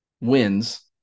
wins